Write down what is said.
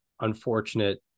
unfortunate